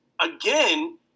again